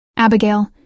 Abigail